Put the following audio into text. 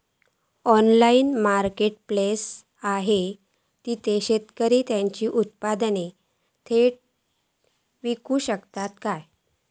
Online marketplace असा थयसर शेतकरी त्यांची उत्पादने थेट इकू शकतत काय?